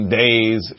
days